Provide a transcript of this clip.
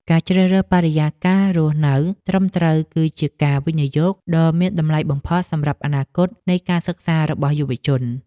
ការជ្រើសរើសបរិយាកាសរស់នៅត្រឹមត្រូវគឺជាការវិនិយោគដ៏មានតម្លៃបំផុតសម្រាប់អនាគតនៃការសិក្សារបស់យុវជន។